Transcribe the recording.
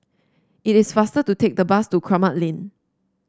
it is faster to take the bus to Kramat Lane